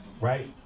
right